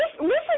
listen